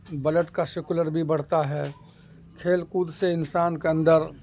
blood کا سیکولر بھی بڑھتا ہے کھیل کود سے انسان کے اندر